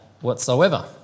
whatsoever